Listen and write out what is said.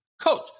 Coach